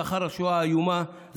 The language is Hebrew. לאחר השואה האיומה,